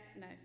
no